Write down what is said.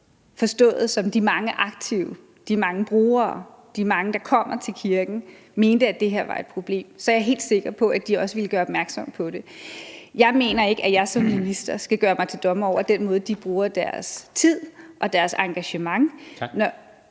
forstået som de mange aktive, de mange brugere, de mange, der kommer til kirken, mente, at der her var et problem, så er jeg helt sikker på, at de også ville gøre opmærksom på det. Jeg mener ikke, at jeg som minister skal gøre mig til dommer over den måde, de bruger deres tid og deres engagement